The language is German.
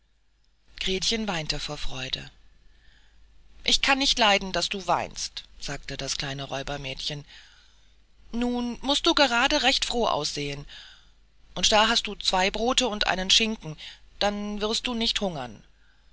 gretchen weinte vor freude ich kann nicht leiden daß du weinst sagte das kleine räubermädchen nun mußt du gerade recht froh aussehen und da hast du zwei brote und einen schinken dann wirst du nicht hungern